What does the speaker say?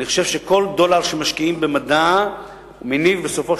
אני חושב שכל דולר שמשקיעים במדע מניב בסופו